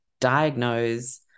diagnose